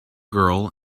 girl